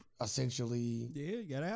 essentially